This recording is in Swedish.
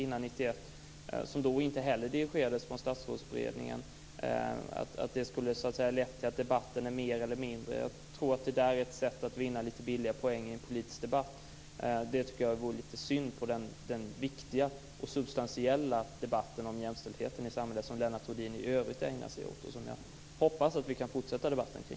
Den dirigerades inte heller då från Statsrådsberedningen, och det är inte säkert att det har lett till att debatten är mer eller mindre synlig. Jag tror att detta är ett sätt att vinna billiga poäng i en politisk debatt. Jag tycker att det är litet synd i den viktiga och substantiella debatt om jämställdheten i samhället som Lennart Rohdin i övrigt ägnar sig åt. Jag hoppas att vi kan fortsätta den debatten.